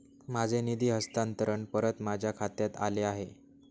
माझे निधी हस्तांतरण परत माझ्या खात्यात आले आहे